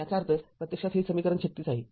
याचा अर्थ प्रत्यक्षात हे समीकरण ३६ आहे